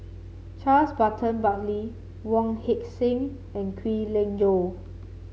Charles Burton Buckley Wong Heck Sing and Kwek Leng Joo